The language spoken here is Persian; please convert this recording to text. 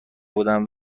بودن